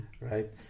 right